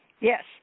Yes